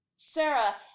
Sarah